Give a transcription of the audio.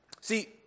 See